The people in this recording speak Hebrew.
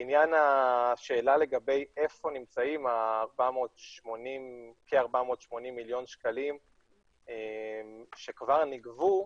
לעניין השאלה לגבי איפה נמצאים כ-480 מיליון שקלים שכבר נגבו,